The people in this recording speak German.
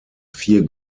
vier